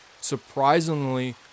Surprisingly